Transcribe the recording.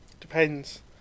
Depends